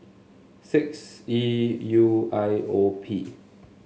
six E U I O P